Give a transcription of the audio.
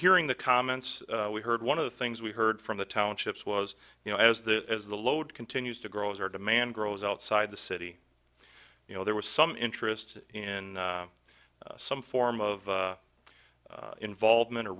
hearing the comments we heard one of the things we heard from the townships was you know as the as the load continues to grow as our demand grows outside the city you know there was some interest in some form of involvement o